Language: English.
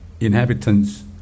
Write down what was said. inhabitants